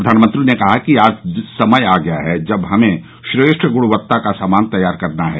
प्रधानमंत्री ने कहा कि आज समय आ गया है जब हमें श्रेष्ठ ग्णवत्ता का सामान तैयार करना है